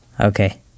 okay